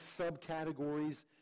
subcategories